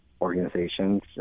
organizations